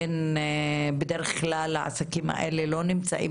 בדרך כלל העסקים האלה לא נמצאים